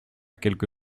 quelque